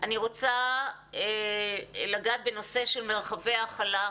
אני רוצה לגעת בנושא של מרחבי הכלה.